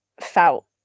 felt